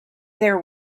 there